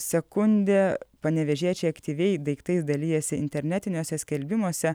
sekundė panevėžiečiai aktyviai daiktais dalijasi internetiniuose skelbimuose